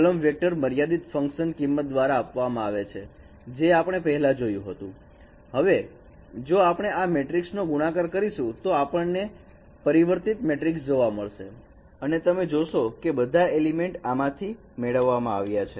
column vector મર્યાદિત function કિંમત દ્વારા આપવામાં આવે છે જે આપણે પહેલાં જોયું હતું અને હવે જો આપણે આ મેટ્રિક્સનો ગુણાકાર કરીશું તો આપણને પરિવર્તિત મેટ્રિક્સ જોવા મળશે અને તમે જોશો કે બધા એલિમેન્ટ આમાંથી મેળવવામાં આવ્યા છે